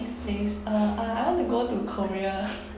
these things uh ah I want to go to korea